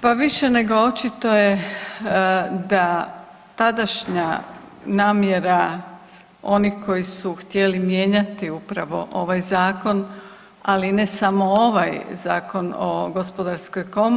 Pa više nego očito je da tadašnja namjera onih koji su htjeli mijenjati upravo ovaj zakon, ali ne samo ovaj Zakon o HGK-u